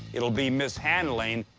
it'll be mishandling,